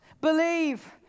believe